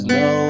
no